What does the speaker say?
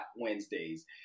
Wednesdays